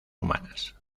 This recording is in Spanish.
humanas